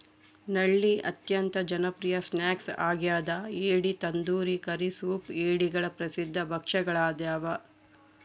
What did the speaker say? ನಳ್ಳಿ ಅತ್ಯಂತ ಜನಪ್ರಿಯ ಸ್ನ್ಯಾಕ್ ಆಗ್ಯದ ಏಡಿ ತಂದೂರಿ ಕರಿ ಸೂಪ್ ಏಡಿಗಳ ಪ್ರಸಿದ್ಧ ಭಕ್ಷ್ಯಗಳಾಗ್ಯವ